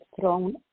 thrown